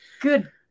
good